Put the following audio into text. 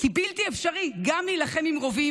זה בלתי אפשרי גם להילחם עם רובים,